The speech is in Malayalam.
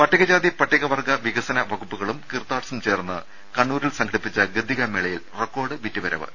പട്ടിക ജാതി പട്ടിക വർഗ്ഗ വികസന വകുപ്പുകളും കിർത്താഡ്സും ചേർന്ന് കണ്ണൂരിൽ സംഘടിപ്പിച്ച ഗദ്ദിക മേളയിൽ റെക്കോർഡ് വിറ്റു വരവ്